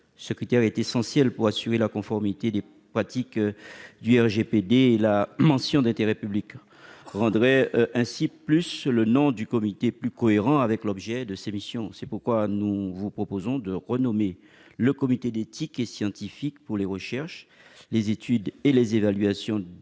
Ce critère est essentiel pour assurer la conformité des pratiques au RGPD. La mention de l'intérêt public rendrait le nom du comité plus cohérent avec l'objet de ses missions. C'est pourquoi nous proposons de renommer le comité éthique et scientifique pour les recherches, les études et les évaluations